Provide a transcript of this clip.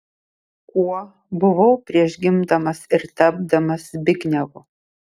kuo buvau prieš gimdamas ir tapdamas zbignevu